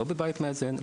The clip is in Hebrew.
לא בבית מאזן,